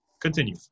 continue